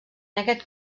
aquest